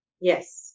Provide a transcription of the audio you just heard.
Yes